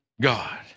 God